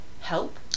help